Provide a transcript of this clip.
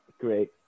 great